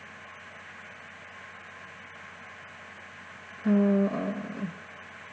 uh